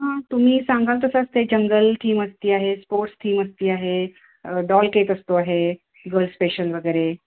हां तुम्ही सांगाल तसं असते जंगल थीम असते आहे स्पोर्ट्स थीम असते आहे डॉल केक असतो आहे गल्स स्पेशल वगैरे